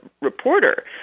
reporter